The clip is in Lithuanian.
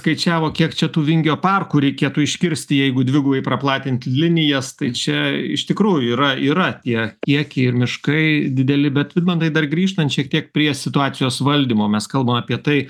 skaičiavo kiek čia tų vingio parkų reikėtų iškirsti jeigu dvigubai praplatinti linijas tai čia iš tikrųjų yra yra tie kiekiai ir miškai dideli bet vidmantai dar grįžtant šiek tiek prie situacijos valdymo mes kalbam apie tai